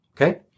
Okay